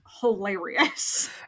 hilarious